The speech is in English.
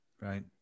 right